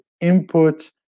input